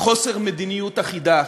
חוסר מדיניות אחידה,